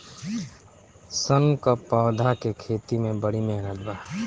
सन क पौधा के खेती में बड़ी मेहनत बा